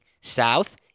South